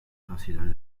considered